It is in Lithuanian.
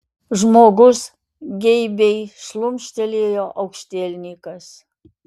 žmogus geibiai šlumštelėjo aukštielninkas